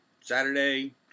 saturday